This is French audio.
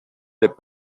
les